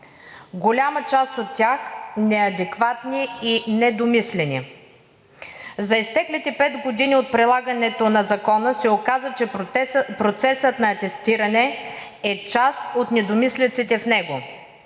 голяма част от тях неадекватни и недомислени. За изтеклите 5 години от прилагането на Закона се оказа, че процесът на атестиране е част от недомислиците в него